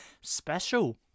special